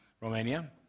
Romania